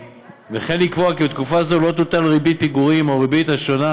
וכן לקבוע כי בתקופה זו לא תוטל ריבית פיגורים או ריבית השונה